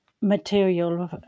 material